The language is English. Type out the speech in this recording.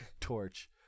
torch